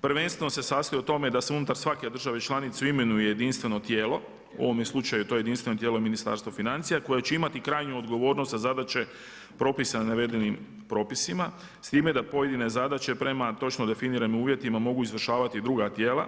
Prvenstveno se sastoji o tome da se unutar svake države članice imenuje jedinstveno tijelo, u ovome slučaju to jedinstveno tijelo je Ministarstvo financija koje će imati krajnju odgovornost za zadaće propisane navedenim propisima, s time da pojedine zadaće prema točno definiranim uvjetima mogu izvršavati i druga tijela